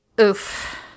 oof